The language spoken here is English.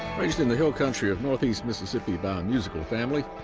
raised in the hill country of northeast mississippi by a musical family,